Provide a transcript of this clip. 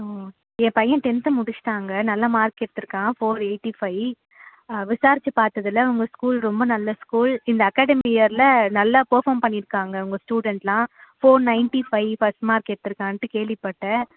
ம் என் பையன் டென்த்து முடிச்சுட்டாங்க நல்ல மார்க் எடுத்திருக்கான் ஃபோர் எயிட்டி ஃபைவ் விசாரித்து பார்த்ததுல உங்கள் ஸ்கூல் ரொம்ப நல்ல ஸ்கூல் இந்த அகாடமி இயரில் நல்ல பர்ஃபாம் பண்ணியிருக்காங்க உங்கள் ஸ்டூடெண்டெல்லாம் four ninety five first mark எடுத்திருக்கான்ட்டு கேள்விப்பட்டேன்